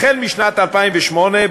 החל משנת 2008,